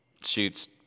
shoots